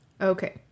Okay